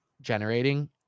generating